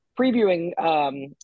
previewing